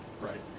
Right